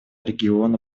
региона